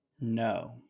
No